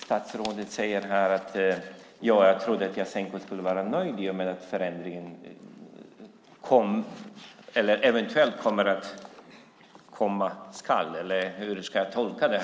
Statsrådet säger här att han trodde att Jasenko skulle vara nöjd i och med att förändringen eventuellt komma skall, eller hur jag ska tolka det.